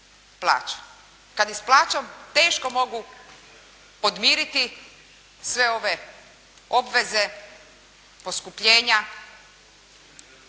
kad i s plaćom teško mogu podmiriti sve ove obveze, poskupljenja,